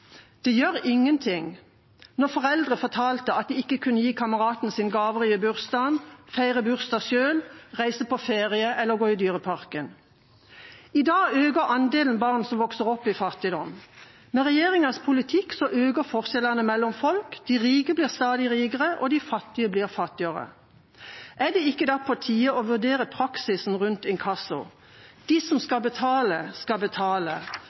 gjør ingenting» når foreldrene fortalte at de ikke kunne gi kameraten sin gaver i bursdagen, feire bursdag selv, reise på ferie eller gå i dyreparken. I dag øker andelen barn som vokser opp i fattigdom. Med regjeringas politikk øker forskjellene mellom folk, de rike blir stadig rikere, og de fattige blir fattigere. Er det ikke da på tide å vurdere praksisen rundt inkasso? De som skal betale, skal betale,